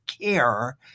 care